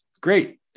Great